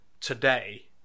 today